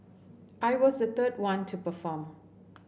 I was the third one to perform